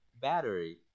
battery